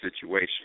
situation